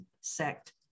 sect